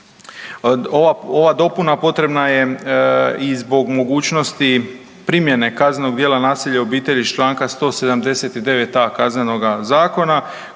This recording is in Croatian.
Ova dopuna potrebna je i zbog mogućnosti primjene kaznenog djela nasilja u obitelji iz čl. 179.a KZ-a koje